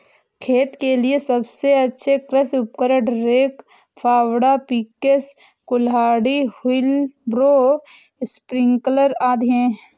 खेत के लिए सबसे अच्छे कृषि उपकरण, रेक, फावड़ा, पिकैक्स, कुल्हाड़ी, व्हीलब्रो, स्प्रिंकलर आदि है